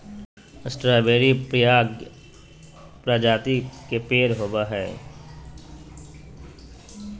strawberry फ्रगार्य प्रजाति के पेड़ होव हई